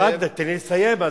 אז תן לי לסיים.